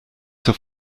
zur